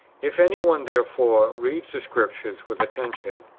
if any one, therefore, reads the scriptures with atten tion,